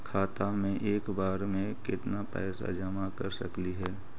खाता मे एक बार मे केत्ना पैसा जमा कर सकली हे?